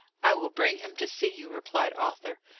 i will bring him to see you, replied arthur.